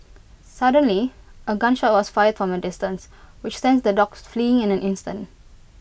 suddenly A gun shot was fired A distance which sent the dogs fleeing in an instant